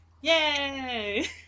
yay